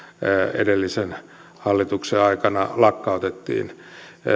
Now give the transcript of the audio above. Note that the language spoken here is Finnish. edellisen hallituksen aikana lakkautettiin